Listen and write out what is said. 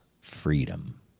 freedom